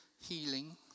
healing